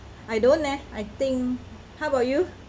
I don't leh I think how about you